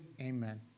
amen